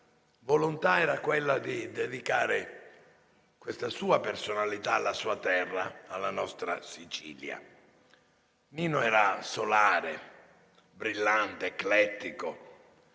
volontà era quella di dedicare questa sua personalità alla sua terra, alla nostra Sicilia. Nino era solare, brillante, eclettico,